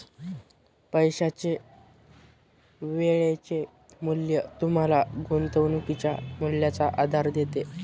पैशाचे वेळेचे मूल्य तुम्हाला गुंतवणुकीच्या मूल्याचा आधार देते